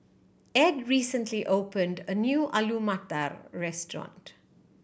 Edd recently opened a new Alu Matar Restaurant